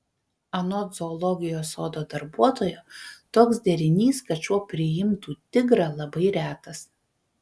anot zoologijos sodo darbuotojo toks derinys kad šuo priimtų tigrą labai retas